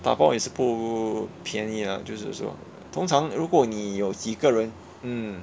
打包也是不便宜的就是说通常如果你有几个人 mm